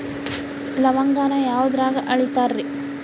ಲವಂಗಾನ ಯಾವುದ್ರಾಗ ಅಳಿತಾರ್ ರೇ?